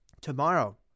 Tomorrow